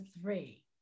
three